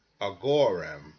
agorim